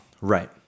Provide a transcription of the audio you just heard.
Right